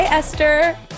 Esther